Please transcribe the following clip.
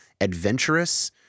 adventurous